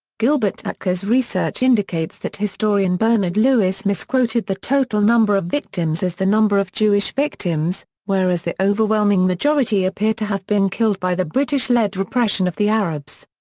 gilbert achcar's research indicates that historian bernard lewis misquoted the total number of victims as the number of jewish victims, whereas the overwhelming majority appear to have been killed by the british-led repression of the arabs.